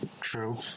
true